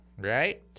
right